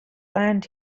land